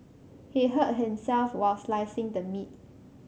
he hurt himself while slicing the meat